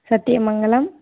Sathyamangalam